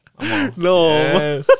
no